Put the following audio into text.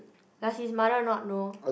does his mother not know